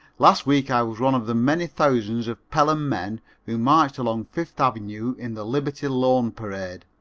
last week i was one of the many thousands of pelham men who marched along fifth avenue in the liberty loan parade.